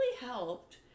helped